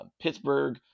Pittsburgh